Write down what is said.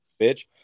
bitch